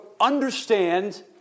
understand